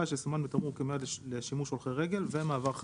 הטרמינולוגיה שונתה לשביל שסומן בתמרור כמיועד לשימוש אופניים בלבד,